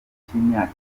cy’imyaka